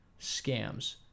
scams